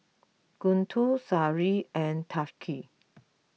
Guntur Seri and Thaqif